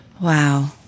wow